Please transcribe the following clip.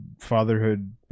fatherhood